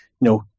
no